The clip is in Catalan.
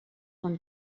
van